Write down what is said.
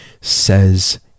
says